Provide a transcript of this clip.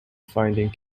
finding